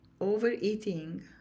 overeating